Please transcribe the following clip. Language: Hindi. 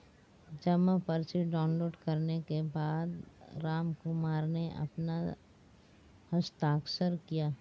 जमा पर्ची डाउनलोड करने के बाद रामकुमार ने अपना हस्ताक्षर किया